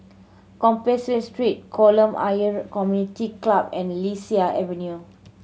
Compassvale Street Kolam Ayer Community Club and Lasia Avenue